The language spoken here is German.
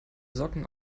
socken